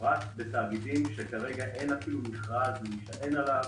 בפרט בתאגידים שכרגע אין אפילו מכרז להישען עליו.